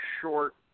short